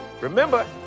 Remember